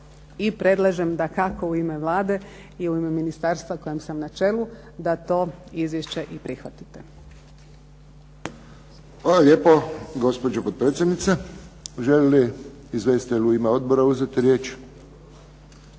i predlažem, dakako u ime Vlade i u ime ministarstva kojem sam na čelu da to izvješće i prihvatite.